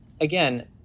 Again